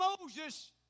Moses